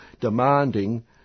demanding